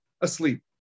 asleep